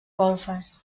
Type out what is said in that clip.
golfes